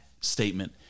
statement